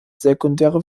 sekundäre